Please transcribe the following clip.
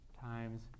times